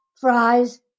fries